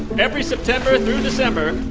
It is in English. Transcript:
every september through december,